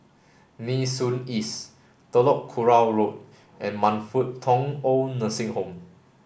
Nee Soon East Telok Kurau Road and Man Fut Tong Old Nursing Home